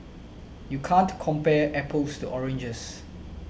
you can't compare apples to oranges